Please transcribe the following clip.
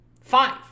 Five